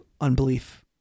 unbelief